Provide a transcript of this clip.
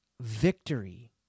Victory